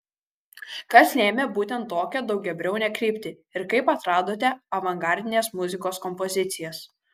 kas lėmė būtent tokią daugiabriaunę kryptį ir kaip atradote avangardinės muzikos kompozicijas